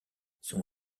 son